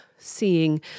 seeing